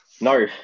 No